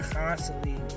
constantly